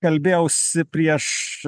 kalbėjausi prieš